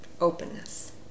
openness